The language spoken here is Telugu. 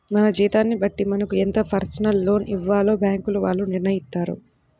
మన జీతాన్ని బట్టి మనకు ఎంత పర్సనల్ లోన్ ఇవ్వాలో బ్యేంకుల వాళ్ళు నిర్ణయిత్తారు